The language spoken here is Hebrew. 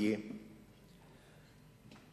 והתלמידות מבית-הספר המקיף מע'אר בברכת ברוכים הבאים.)